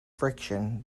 friction